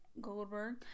Goldberg